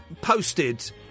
posted